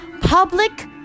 public